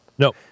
No